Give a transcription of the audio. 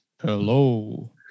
Hello